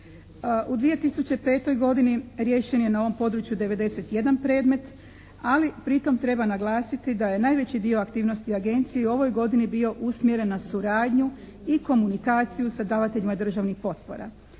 U 2005. godini riješen je na ovom području 91 predmet, ali pri tom treba naglasiti da je najveći dio aktivnosti u Agenciji u ovoj godini bio usmjeren na suradnju i komunikaciju sa davateljima državnih potpora,